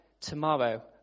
tomorrow